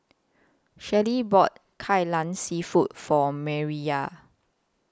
Shirlie bought Kai Lan Seafood For Mariyah